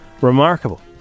remarkable